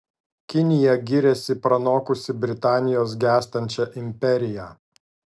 kinija giriasi pranokusi britanijos gęstančią imperiją